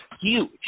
huge